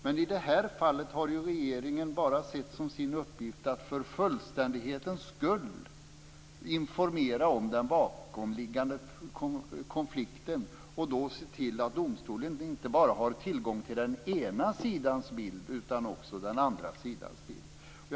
Men i det här fallet har regeringen bara sett det som sin uppgift att för fullständighetens skull informera om den bakomliggande konflikten och då se till att domstolen har tillgång inte bara till den ena sidans bild utan också till den andra sidans bild.